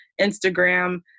instagram